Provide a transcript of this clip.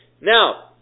Now